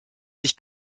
sich